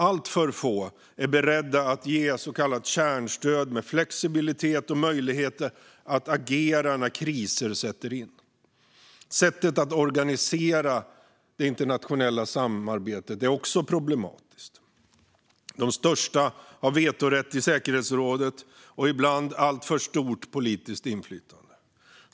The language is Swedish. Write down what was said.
Alltför få är beredda att ge så kallat kärnstöd med flexibilitet och möjligheter att agera när kriser sätter in. Sättet att organisera det internationella samarbetet är också problematiskt. De största har vetorätt i säkerhetsrådet och ibland alltför stort politiskt inflytande.